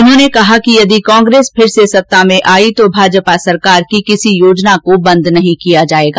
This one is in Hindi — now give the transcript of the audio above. उन्होंने कहा कि यदि कांग्रेस पुनः सत्ता में आई तो भाजपा सरकार की किसीयोजना को बंद नहीं किया जाएगा